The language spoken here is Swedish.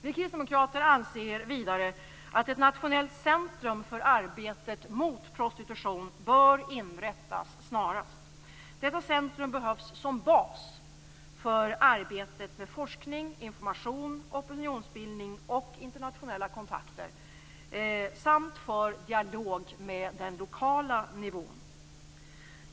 Vi kristdemokrater anser vidare att ett nationellt centrum för arbetet mot prostitution bör inrättas snarast. Detta centrum behövs som bas för arbetet med forskning, information, opinionsbildning och internationella kontakter samt för dialog med den lokala nivån.